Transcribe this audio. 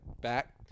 back